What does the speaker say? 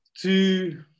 two